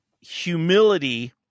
humility